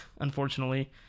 unfortunately